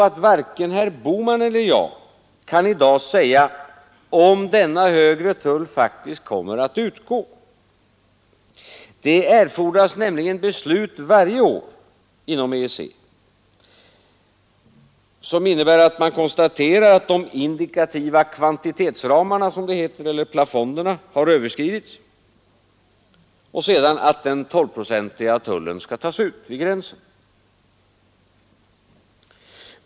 Men varken herr Bohman eller jag kan i dag säga om denna högre tull faktiskt kommer att utgå. Det erfordras nämligen beslut varje år inom EEC, som innebär att man konstaterar att de indikativa kvantitetsramarna, som det heter, eller plafonderna, har överskridits, och att den tolvprocentiga tullen skall tas ut vid gränsen.